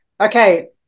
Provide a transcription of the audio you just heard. Okay